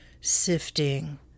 sifting